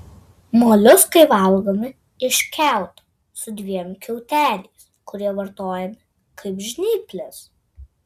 moliuskai valgomi iš kiauto su dviem kiauteliais kurie vartojami kaip žnyplės